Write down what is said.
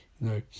No